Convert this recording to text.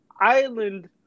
island